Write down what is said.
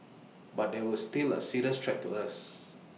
but they were still A serious threat to us